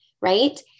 right